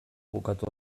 bukatu